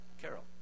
carol